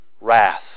wrath